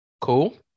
cool